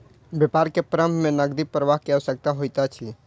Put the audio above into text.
व्यापार के प्रारम्भ में नकदी प्रवाह के आवश्यकता होइत अछि